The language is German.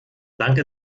danke